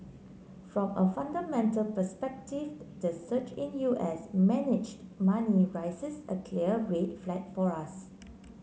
from a fundamental perspective the surge in U S managed money raises a clear red flag for us